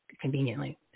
Conveniently